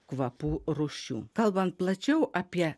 kvapų rūšių kalbant plačiau apie